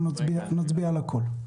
נצביע על הכול.